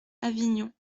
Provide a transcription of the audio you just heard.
avignon